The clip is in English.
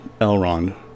Elrond